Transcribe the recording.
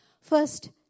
First